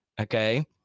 okay